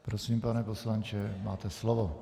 Prosím, pane poslanče, máte slovo.